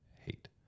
hate